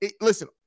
Listen